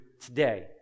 today